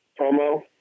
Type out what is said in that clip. promo